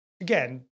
Again